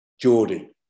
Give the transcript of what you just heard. Geordie